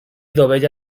dovella